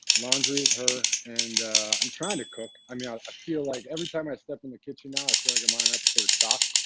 laundry is her. and i'm trying to cook. i mean, i i feel like every time i step in the kitchen now, i feel like i'm on an episode of chopped,